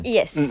Yes